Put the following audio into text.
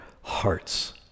hearts